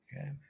Okay